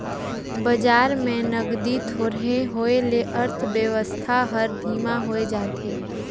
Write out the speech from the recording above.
बजार में नगदी थोरहें होए ले अर्थबेवस्था हर धीमा होए जाथे